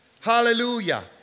Hallelujah